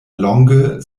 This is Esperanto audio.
longe